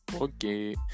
Okay